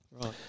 Right